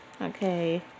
okay